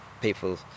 people